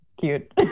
cute